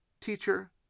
Teacher